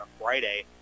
Friday